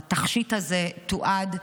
התכשיט הזה תועד.